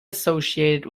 associated